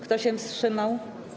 Kto się wstrzymał?